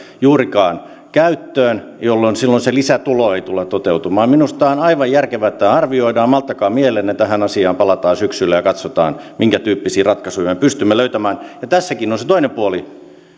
käyttöön jolloin se lisätulo ei tule toteutumaan minusta on aivan järkevää että tämä arvioidaan malttakaa mielenne tähän asiaan palataan syksyllä ja katsotaan minkä tyyppisiä ratkaisuja me pystymme löytämään tässäkin on se toinen puoli